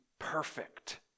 perfect